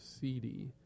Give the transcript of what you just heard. seedy